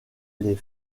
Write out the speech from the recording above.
les